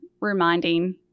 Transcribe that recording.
reminding